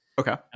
okay